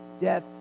death